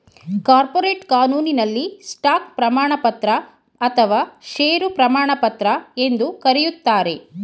corporate ಕಾನೂನಿನಲ್ಲಿ stock ಪ್ರಮಾಣಪತ್ರ ಅಥವಾ ಶೇರು ಪ್ರಮಾಣಪತ್ರ ಎಂದು ಕರೆಯುತ್ತಾರೆ